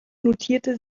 notierte